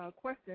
question